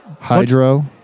Hydro